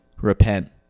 Repent